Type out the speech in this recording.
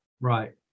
right